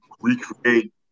recreate